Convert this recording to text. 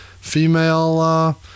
female